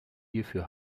hierfür